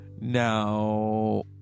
Now